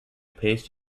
paste